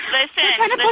listen